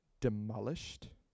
demolished